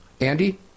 Andy